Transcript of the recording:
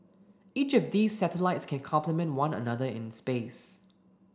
each of these satellites can complement one another in space